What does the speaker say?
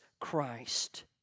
Christ